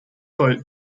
boat